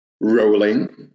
rolling